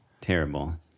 terrible